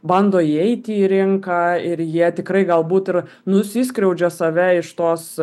bando įeiti į rinką ir jie tikrai galbūt ir nusiskriaudžia save iš tos